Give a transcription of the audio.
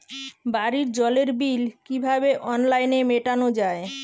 বাড়ির জলের বিল কিভাবে অনলাইনে মেটানো যায়?